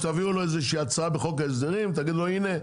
תביאו לו איזושהי הצעה בחוק ההסדרים ותגידו לו: הינה,